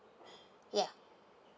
ya